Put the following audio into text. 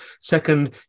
second